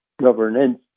governance